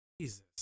Jesus